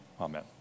Amen